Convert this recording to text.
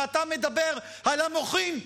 ואתה מדבר על המוחים?